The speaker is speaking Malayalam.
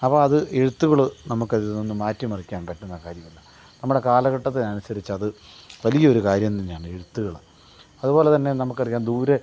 അപ്പം അത് എഴുത്തുകൾ നമുക്ക് അതൊന്നും മാറ്റിമറിക്കാൻ പറ്റുന്ന കാര്യമല്ല നമ്മുടെ കാലഘട്ടത്തിന് അനുസരിച്ചത് വലിയൊരു കാര്യം തന്നെയാണ് എഴുത്തുകൾ അത്പോലെതന്നെ നമുക്കറിയാം ദൂരെ